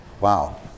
Wow